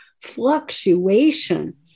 fluctuation